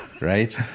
right